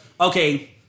Okay